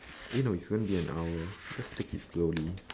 eh no it's gonna be an hour just take it slowly